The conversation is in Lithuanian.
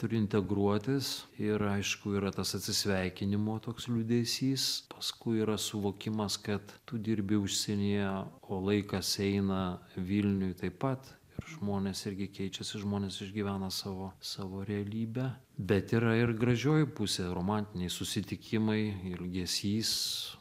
turi integruotis ir aišku yra tas atsisveikinimo toks liūdesys paskui yra suvokimas kad tu dirbi užsienyje o laikas eina vilniuj taip pat ir žmonės irgi keičiasi žmonės išgyvena savo savo realybę bet yra ir gražioji pusė romantiniai susitikimai ilgesys